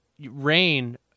rain